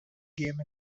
game